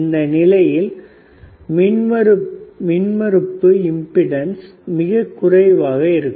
இந்த நிலையில் மின் மறுப்பு மிகக்குறைவாக இருக்கும்